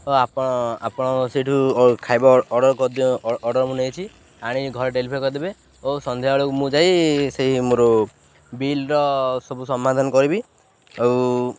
ଓ ଆପଣ ଆପଣ ସେଇଠୁ ଖାଇବା ଅର୍ଡ଼ର୍ କରିଦିଅ ଅର୍ଡ଼ର୍ ମୁଁ ନେଇଛି ଆଣିି ଘରେ ଡ଼େଲିଭରି କରିଦେବେ ଆଉ ସନ୍ଧ୍ୟା ବେଳକୁ ମୁଁ ଯାଇ ସେଇ ମୋର ବିଲ୍ର ସବୁ ସମାଧାନ କରିବି ଆଉ